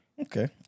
Okay